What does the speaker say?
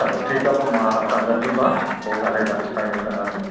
चलो ठीकु आहे पोइ मां असां गॾिजूं था पोइ ॻाल्हाईंदासीं फाइनल कंदासीं